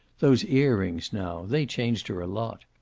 those ear-rings now they changed her a lot.